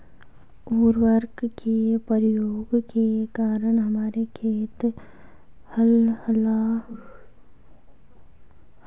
उर्वरक के प्रयोग के कारण हमारे खेत लहलहा रहे हैं